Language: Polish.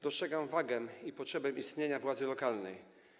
Dostrzegam wagę i potrzebę istnienia władzy lokalnej.